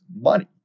money